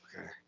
Okay